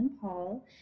Paul